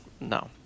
No